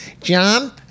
John